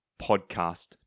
Podcast